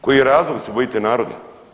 Koji je razlog da se bojite naroda?